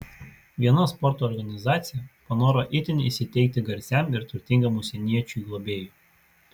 viena sporto organizacija panoro itin įsiteikti garsiam ir turtingam užsieniečiui globėjui